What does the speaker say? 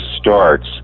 starts